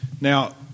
Now